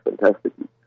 fantastically